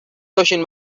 باشین